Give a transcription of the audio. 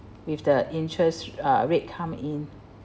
with the interest uh rate come in